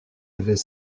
avait